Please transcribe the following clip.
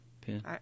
pin